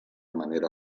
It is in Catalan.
manera